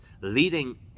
leading